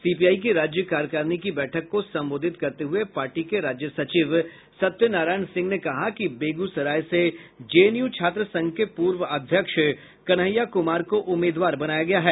CPI की राज्य कार्यकारिणी की बैठक को संबोधित करते हुये पार्टी के राज्य सचिव सत्यनारायण सिंह ने कहा कि बेगूसराय से जेएनयू छात्र संघ के पूर्व अध्यक्ष कन्हैया कुमार को उम्मीदवार बनाया गया है